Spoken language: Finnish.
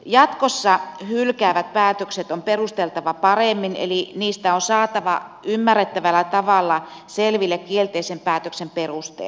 jatkossa hylkäävät päätökset on perusteltava paremmin eli niistä on saatava ymmärrettävällä tavalla selville kielteisen päätöksen perusteet